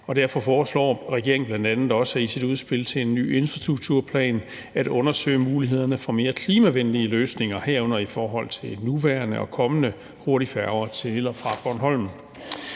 derfor foreslår regeringen bl.a. også i sit udspil til en ny infrastrukturplan at undersøge mulighederne for mere klimavenlige løsninger, herunder i forhold til nuværende og kommende hurtigfærger til og fra Bornholm.